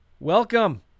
Welcome